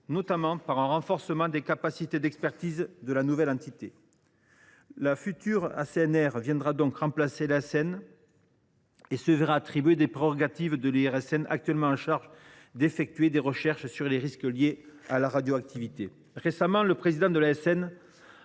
notamment de renforcer les capacités d’expertise de la nouvelle entité. La future ASNR remplacera donc l’ASN et elle se verra attribuer les prérogatives de l’IRSN, qui est actuellement chargé d’effectuer des recherches sur les risques liés à la radioactivité. Récemment, le président de l’ASN